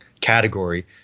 category